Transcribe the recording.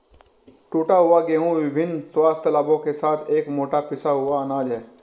टूटा हुआ गेहूं विभिन्न स्वास्थ्य लाभों के साथ एक मोटा पिसा हुआ अनाज है